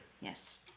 Yes